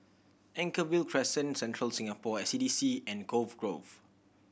Anchorvale Crescent Central Singapore S D C and Cove Grove